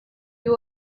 you